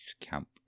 camp